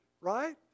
right